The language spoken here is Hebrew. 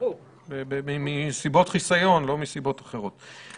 מסיבות חיסיון, לא מסיבות אחרות.